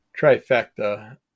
trifecta